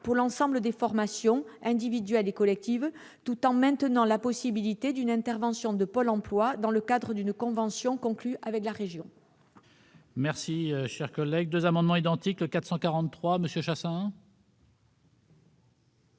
pour l'ensemble des formations individuelles et collectives, tout en maintenant la possibilité d'une intervention de Pôle emploi dans le cadre d'une convention conclue avec la région.